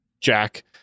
jack